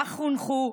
כך חונכו,